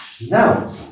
Now